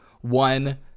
one